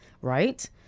right